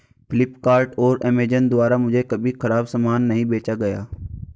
फ्लिपकार्ट और अमेजॉन द्वारा मुझे कभी खराब सामान नहीं बेचा गया